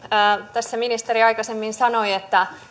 tässä ministeri jo aikaisemmin sanoi että